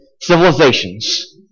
civilizations